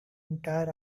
entire